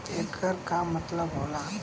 येकर का मतलब होला?